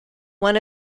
one